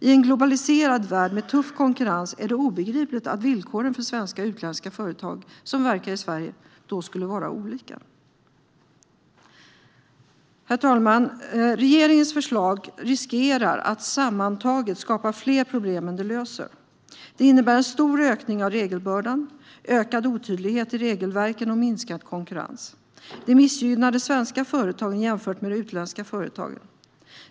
I en globaliserad värld med tuff konkurrens är det obegripligt att villkoren för svenska och utländska företag som verkar i Sverige skulle vara olika. Herr talman! Regeringens förslag riskerar att sammantaget skapa fler problem än det löser. Det innebär en stor ökning av regelbördan, ökad otydlighet i regelverken och minskad konkurrens. Det missgynnar de svenska företagen jämfört med de utländska företagen.